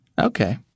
Okay